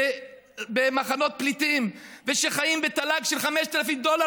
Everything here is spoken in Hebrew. במחנות פליטים וחיים בתל"ג של 5,000 דולר,